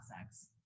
sex